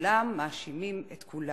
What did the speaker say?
כולם מאשימים את כולם.